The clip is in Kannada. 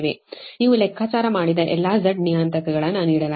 ನೀವು ಲೆಕ್ಕಾಚಾರ ಮಾಡಿದ ಎಲ್ಲ Z ನಿಯತಾಂಕಗಳನ್ನು ನೀಡಲಾಗಿದೆ